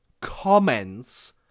comments